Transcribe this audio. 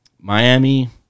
Miami